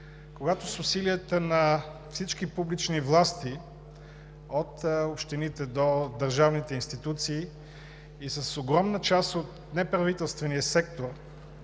когато с усилията на всички публични власти – от общините до държавните институции, и с огромна част от неправителствения сектор